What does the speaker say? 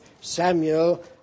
Samuel